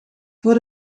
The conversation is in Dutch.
voor